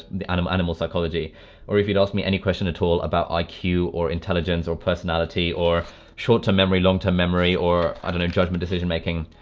the animal animal psychology or if you'd ask me any question at all about like iq or intelligence or personality or short-term memory, long-term memory or i don't know judgment decision-making.